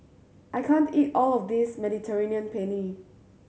I can't eat all of this Mediterranean Penne